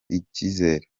ikizere